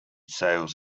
sales